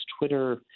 Twitter –